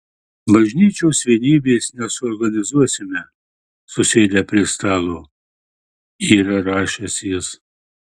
bažnyčios vienybės nesuorganizuosime susėdę prie stalo yra rašęs jis